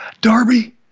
Darby